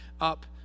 up